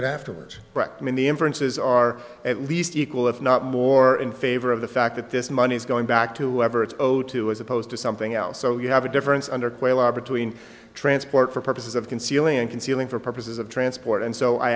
it afterwards correct i mean the inferences are at least equal if not more in favor of the fact that this money is going back to whatever it's owed to as opposed to something else so you have a difference under quayle obert in transport for purposes of concealing and concealing for purposes of transport and so i